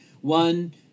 One